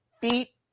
feet